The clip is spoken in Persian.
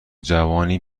جوانی